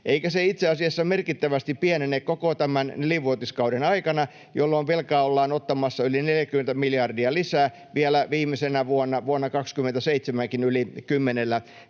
Eikä se itse asiassa merkittävästi pienene koko tämän nelivuotiskauden aikana, jolloin velkaa ollaan ottamassa yli 40 miljardia lisää, vielä viimeisenäkin vuonna, vuonna 27, yli 10